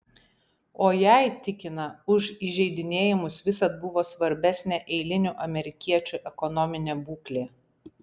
o jai tikina už įžeidinėjimus visad buvo svarbesnė eilinių amerikiečių ekonominė būklė